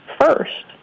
first